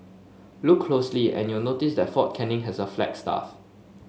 look closely and you'll notice that Fort Canning has a flagstaff